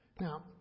Now